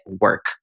work